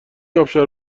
آبشار